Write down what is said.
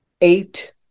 eight